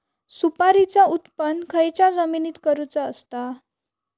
सुपारीचा उत्त्पन खयच्या जमिनीत करूचा असता?